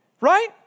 Right